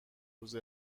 روز